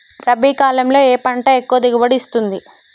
రబీ కాలంలో ఏ పంట ఎక్కువ దిగుబడి ఇస్తుంది?